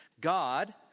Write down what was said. God